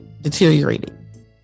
deteriorated